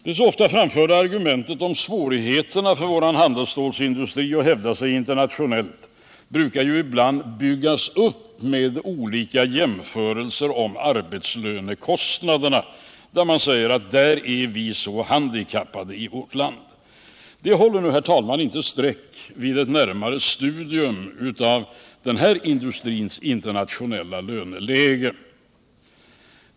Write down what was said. Det så ofta framförda argumentet om svårigheterna för vår handelsstålsindustri att hävda sig internationellt brukar byggas upp med olika jämförelser om arbetslönekostnaderna. Man säger att där är vi i vårt land svårt handikappade. Det håller nu inte streck vid ett närmare studium av den här industrins internationella löneläge.